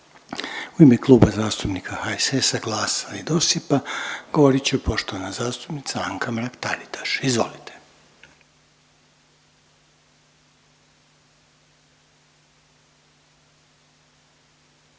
U ime Kluba zastupnika HSS-a, GLAS-a, i DOSIP-a, govorit će poštovana zastupnica Anka Mrak Taritaš. Izvolite.